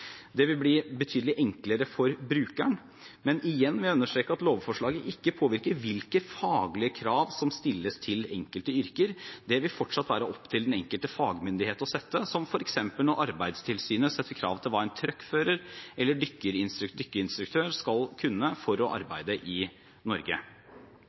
Det vil bli betydelig enklere for brukeren, men igjen vil jeg understreke at lovforslaget ikke påvirker hvilke faglige krav som stilles til enkelte yrker. Det vil fortsatt være opp til den enkelte fagmyndighet å sette, som f.eks. når Arbeidstilsynet setter krav til hva en truckfører eller dykkerinstruktør skal kunne for å arbeide i Norge.